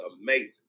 amazing